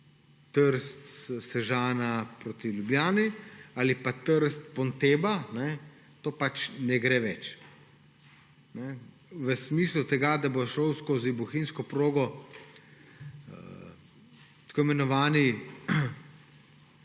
Trst, Sežana proti Ljubljani, ali pa Trst–Pontebba, to pač ne gre več. V smislu tega, da bo šel skozi bohinjsko progo tako imenovani